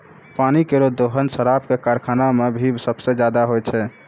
पानी केरो दोहन शराब क कारखाना म भी सबसें जादा होय छै